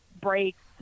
breaks